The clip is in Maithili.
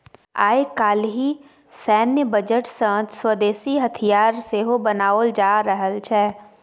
आय काल्हि सैन्य बजट सँ स्वदेशी हथियार सेहो बनाओल जा रहल छै